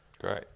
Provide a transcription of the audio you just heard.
Great